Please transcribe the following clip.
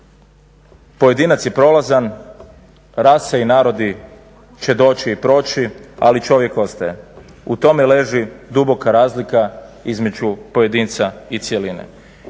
Pojedinac je prolazan, rasa i narodi će doći i proći ali čovjek ostaje. U tome leži duboka razlika između pojedinca i cjeline.